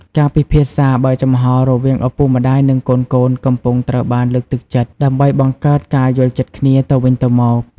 ការពិភាក្សាបើកចំហររវាងឪពុកម្ដាយនិងកូនៗកំពុងត្រូវបានលើកទឹកចិត្ត ដើម្បីបង្កើតការយល់ចិត្តគ្នាទៅវិញទៅមក។